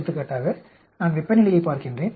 எடுத்துக்காட்டாக நான் வெப்பநிலையை பார்க்கின்றேன்